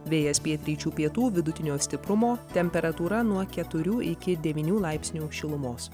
vėjas pietryčių pietų vidutinio stiprumo temperatūra nuo keturių iki devynių laipsnių šilumos